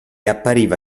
appariva